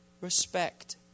respect